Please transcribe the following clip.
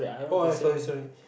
oh I sorry sorry